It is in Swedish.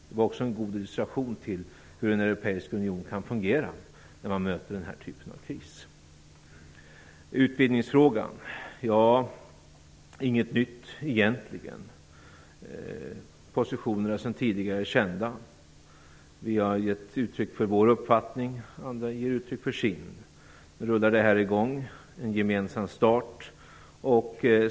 Det var också en god illustration till hur en europeisk union kan fungera när man möter den här typen av kris. Utvidgningsfrågan: Här är det egentligen inget nytt. Positionerna sedan tidigare är kända. Vi har gett uttryck för vår uppfattning. Andra ger uttryck för sin. Nu rullar det här i gång. Det är en gemensam start.